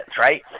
right